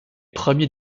premiers